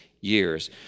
years